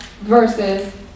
versus